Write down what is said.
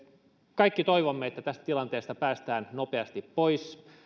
kaikki toivomme että tästä tilanteesta päästään nopeasti pois